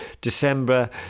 December